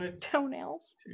Toenails